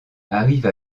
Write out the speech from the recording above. arrive